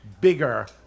Bigger